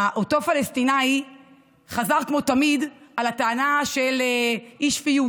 אותו פלסטיני חזר כמו תמיד על הטענה של אי-שפיות,